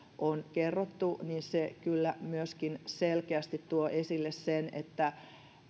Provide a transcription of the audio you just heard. on kerrottu kyllä myöskin selkeästi tuo esille sen että